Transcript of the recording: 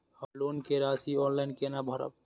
हम लोन के राशि ऑनलाइन केना भरब?